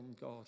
God